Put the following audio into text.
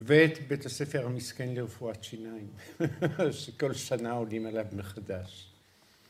‫ואת בית הספר המסכן לרפואת שיניים, ‫שכל שנה עולים עליו מחדש.